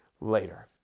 later